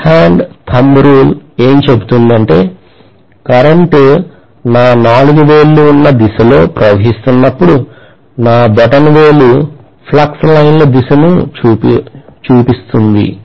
right hand thumb rule ఏమి చెబుతుందంటే current నా నాలుగు వేళ్ళు ఉన్న దిశలో ప్రవహిస్తున్నపుడు నా బొటన వేలు ఫ్లక్స్ లైన్ల దిశను చూపుతుంది